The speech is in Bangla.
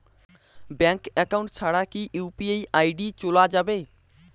ব্যাংক একাউন্ট ছাড়া কি ইউ.পি.আই আই.ডি চোলা যাবে?